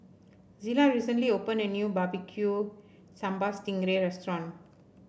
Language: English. Zillah recently opened a new barbecu Sambal Sting Ray restaurant